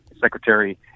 secretary